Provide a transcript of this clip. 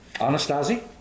Anastasi